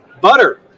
butter